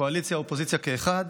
קואליציה ואופוזיציה כאחת.